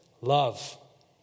love